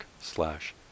slash